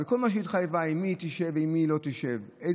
מכל מה שהיא התחייבה: עם מי היא תשב ועם מי היא לא תשב,